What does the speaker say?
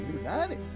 United